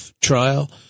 trial